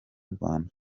rwanda